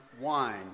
wine